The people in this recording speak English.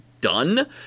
done